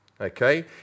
Okay